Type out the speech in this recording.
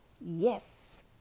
yes